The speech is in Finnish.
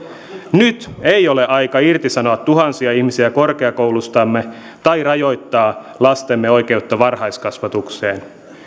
nyt ei ole aika irtisanoa tuhansia ihmisiä korkeakouluistamme tai rajoittaa lastemme oikeutta varhaiskasvatukseen